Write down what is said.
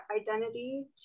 identity